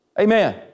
Amen